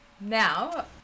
now